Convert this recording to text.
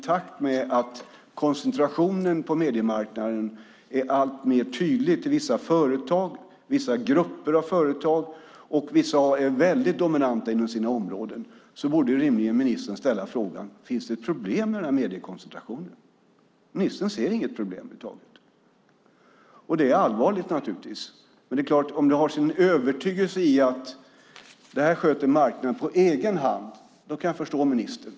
Eftersom koncentrationen på mediemarknaden blir alltmer tydlig när det gäller vissa företag och vissa grupper av företag - och vissa är väldigt dominanta inom sina områden - borde ministern rimligen ställa frågan: Finns det ett problem med den här mediekoncentrationen? Ministern ser inget problem över huvud taget. Det är naturligtvis allvarligt. Men om det finns en övertygelse om att marknaden sköter det här på egen hand kan jag förstå ministern.